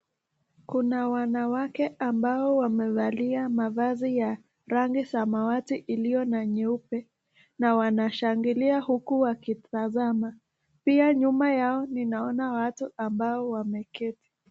Kuna wanawake ambao wamevalia mavazi ya rangi samawati iliyo na nyeupe, na wanashangilia huku wakitazama. Pia nyuma yao ninaona watu ambao wameketi.